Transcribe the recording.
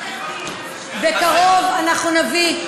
בקרוב אנחנו נביא,